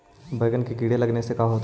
बैंगन में कीड़े लगने से का होता है?